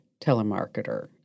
telemarketer